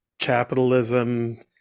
capitalism